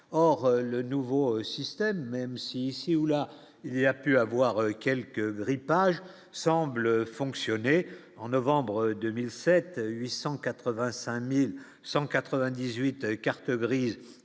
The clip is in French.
or le nouveau système, même si, ici ou là, il y a pu avoir quelques grippage semble fonctionner en novembre 2007 885198 cartes grises